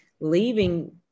leaving